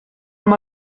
amb